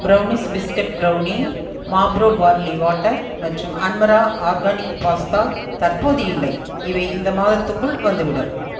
brownies biscuit brownie Mapro barley water மற்றும் அன்மரா organic pasta தற்போது இல்லை இவை இந்த மாதத்துக்குள் வந்துவிடும்